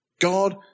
God